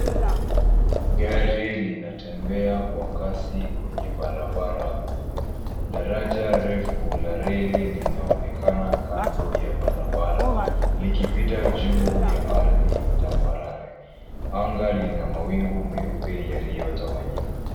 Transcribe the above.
Gari linatembea kwa kasi kwenye barabara kuu. Daraja refu la reli linaonekana kando ya barabara likipita juu ya ardhi tambarare. Anga lina mawingu meupe yaliyotawanyika.